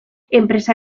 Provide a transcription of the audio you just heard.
enpresa